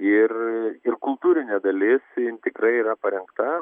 ir ir kultūrinė dalis tikrai yra parengta